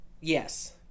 Yes